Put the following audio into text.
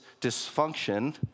dysfunction